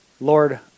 Lord